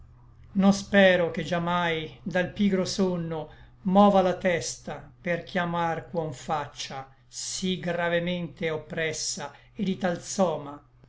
non spero che già mai dal pigro sonno mova la testa per chiamar ch'uom faccia sí gravemente è oppressa et di tal soma